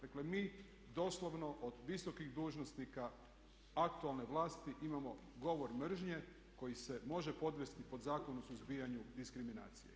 Dakle, mi doslovno od visokih dužnosnika aktualne vlasti imamo govor mržnje koji se može podvesti pod Zakon o suzbijanju diskriminacije.